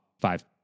five